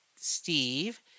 Steve